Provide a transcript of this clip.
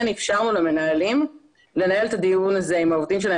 אפשרנו למנהלים לנהל את הדיון הזה עם העובדים שלהם